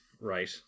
Right